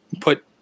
put